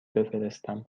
بفرستم